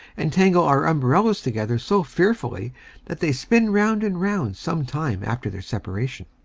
and tangle our umbrellas together so fearfully that they spin round and round some time after their separation.